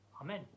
Amen